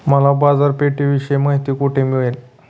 मला बाजारपेठेविषयी माहिती कोठे मिळेल?